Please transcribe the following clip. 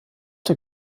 der